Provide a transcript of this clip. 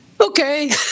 Okay